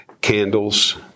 candles